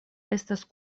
estas